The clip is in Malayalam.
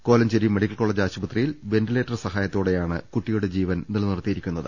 കോല ഞ്ചേരി മെഡിക്കൽ കോളജ് ആശുപത്രിയിൽ വെന്റിലേറ്റർ സഹാ യത്തോടെയാണ് കുട്ടിയുടെ ജീവൻ നിലനിർത്തിയിരിക്കുന്നത്